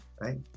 right